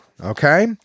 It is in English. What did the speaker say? Okay